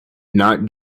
not